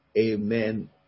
Amen